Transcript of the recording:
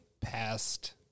past